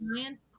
Science